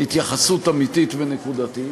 התייחסות אמיתית ונקודתית.